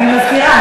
אני מזכירה,